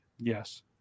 yes